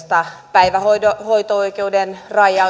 päivähoito oikeuden